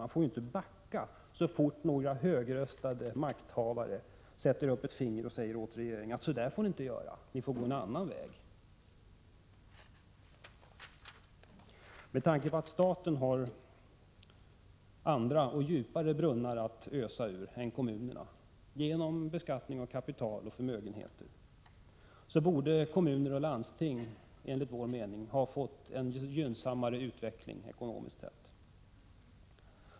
Man får inte backa så fort några högröstade makthavare sätter upp ett finger och säger åt regeringen, att så där får ni inte göra, ni får gå en annan väg. Med tanke på att staten har andra och djupare brunnar att ösa ur än kommunerna genom beskattningen av kapital och förmögenheter borde kommuner och landsting, enligt vår mening, ha fått en gynnsammare utveckling ekonomiskt sett.